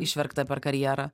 išverkta per karjerą